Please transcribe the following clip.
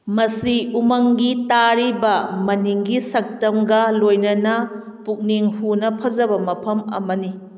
ꯃꯁꯤ ꯎꯃꯪꯒꯤ ꯇꯥꯔꯤꯕ ꯃꯅꯤꯡꯒꯤ ꯁꯛꯇꯝꯒ ꯂꯣꯏꯅꯅ ꯄꯨꯛꯅꯤꯡ ꯍꯨꯅ ꯐꯖꯕ ꯃꯐꯝ ꯑꯃꯅꯤ